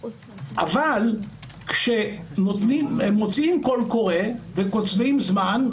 אבל כשמוציאים קול קורא וקוצבים זמן,